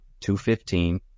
215